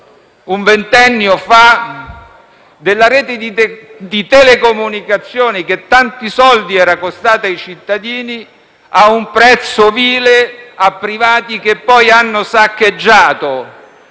primaria della rete di telecomunicazioni, che tanti soldi era costata ai cittadini, a un prezzo vile a privati che poi l'hanno saccheggiata.